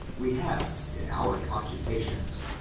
we have, in our cogi tations,